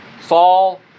Saul